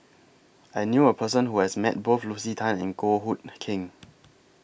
I knew A Person Who has Met Both Lucy Tan and Goh Hood Keng